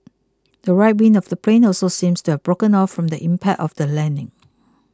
the right wing of the plane also seemed to have broken off from the impact of the landing